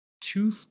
two